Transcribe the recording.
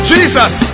Jesus